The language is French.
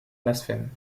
blasphème